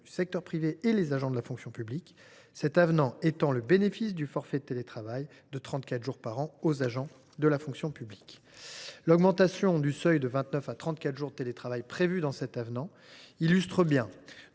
du secteur privé et les agents de la fonction publique, l’avenant étend le bénéfice du forfait de télétravail de 34 jours par an aux agents de la fonction publique. L’augmentation du seuil de 29 à 34 jours de télétravail illustre